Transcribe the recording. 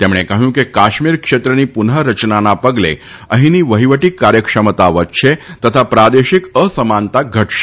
તેમણે કહ્યું કે કાશ્મીર ક્ષેત્રની પુનઃરચનાના પગલે અફીની વઠીવટી કાર્યક્ષમતા વધશે તથા પ્રાદેશિક અસમાનતા ઘટશે